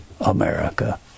America